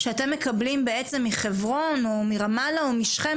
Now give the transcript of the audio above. שאתם מקבלים בעצם מחברון או מרמאללה או משכם,